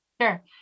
Sure